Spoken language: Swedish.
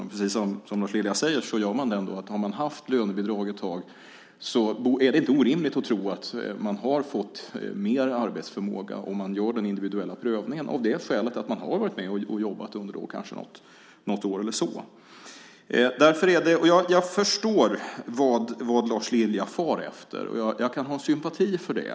Och precis som Lars Lilja säger är det om man haft lönebidrag ett tag inte orimligt att tro att man vid en individuell prövning visar sig ha fått mer arbetsförmåga just av det skälet att man har varit med och jobbat under kanske något år eller så. Jag förstår vad Lars Lilja far efter och kan ha sympatier för det.